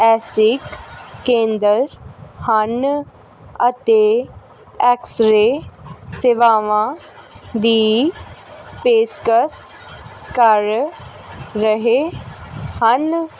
ESIC ਕੇਂਦਰ ਹਨ ਅਤੇ ਐਕਸਰੇ ਸੇਵਾਵਾਂ ਦੀ ਪੇਸ਼ਕਸ਼ ਕਰ ਰਹੇ ਹਨ